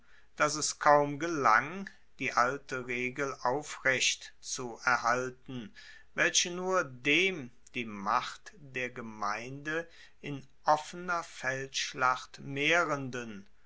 dass es kaum gelang die alte regel aufrecht zu erhalten welche nur dem die macht der gemeinde in offener feldschlacht mehrenden